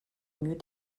mieux